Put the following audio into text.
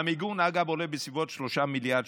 המיגון, אגב, עולה בסביבות 3 מיליארד שקלים.